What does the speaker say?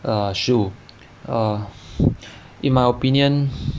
事物 err in my opinion